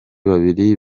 babiri